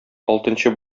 алтынчы